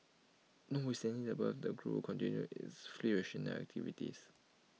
not with standing the above the group continue its fleet rationalisation activities